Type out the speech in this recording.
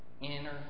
inner